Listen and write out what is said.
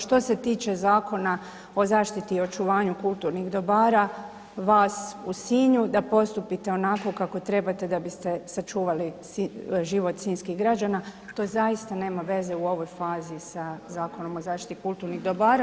Što se tiče Zakona o zaštiti i očuvanju kulturnih dobara vas u Sinju da postupite onako kako trebate da biste sačuvali život sinjskih građana, to zaista nema veze u ovoj fazi sa Zakonom o zaštiti kulturnih dobara.